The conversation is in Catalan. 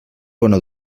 bona